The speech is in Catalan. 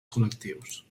col·lectius